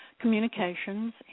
communications